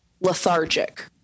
lethargic